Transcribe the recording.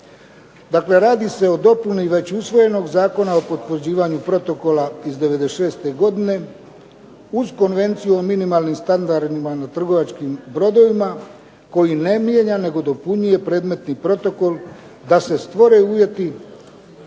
Dakle radi se o dopuni već usvojenog Zakona o potvrđivanju protokola iz '96. godine uz Konvenciju o minimalnim standardima na trgovačkim brodovima, koji ne mijenja nego dopunjuje predmetni protokol da se stvore uvjeti